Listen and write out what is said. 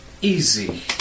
easy